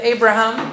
Abraham